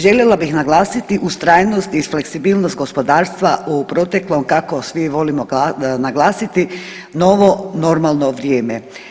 Željela bih naglasiti, ustrajnost i fleksibilnost gospodarstva u proteklom kako svi volimo naglasiti novo normalno vrijeme.